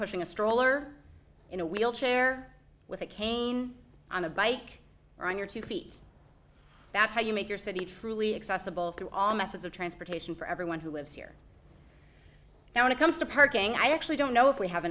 pushing a stroller in a wheelchair with a cane on a bike or on your two feet that's how you make your city truly accessible through all methods of transportation for everyone who lives here now when it comes to parking i actually don't know if we have